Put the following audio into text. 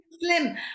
slim